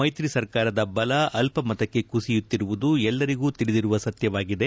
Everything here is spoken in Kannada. ಮೈತ್ರಿ ಸರ್ಕಾರದ ಬಲ ಅಲ್ಪ ಮತಕ್ಕೆ ಕುಸಿಯುತ್ತಿರುವುದು ಎಲ್ಲರಿಗೂ ತಿಳಿದಿರುವ ಸತ್ತವಾಗಿದೆ